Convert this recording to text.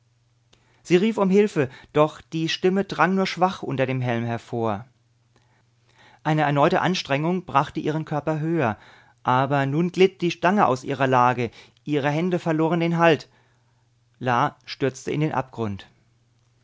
sie rief um hilfe doch die stimme drang nur schwach unter dem helm hervor eine erneute anstrengung brachte ihren körper höher aber nun glitt die stange aus ihrer lage ihre hände verloren den halt la stürzte in den abgrund